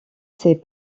c’est